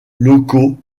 locaux